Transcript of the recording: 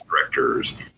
directors